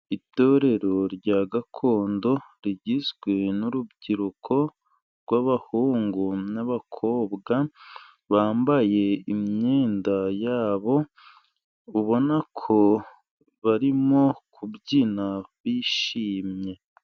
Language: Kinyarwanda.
Itorero rya gakondo rigizwe n'urubyiruko rw'abahungu n'abakobwa bambaye imyenda yabo, ubona ko barimo kubyina bishimye.